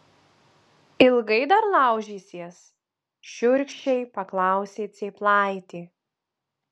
ilgai dar laužysies šiurkščiai paklausė cėplaitė